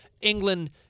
England